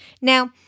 Now